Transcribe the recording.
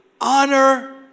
Honor